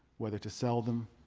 whether to sell them,